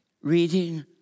reading